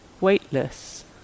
weightless